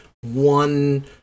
one